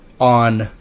on